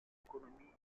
économique